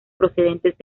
procedentes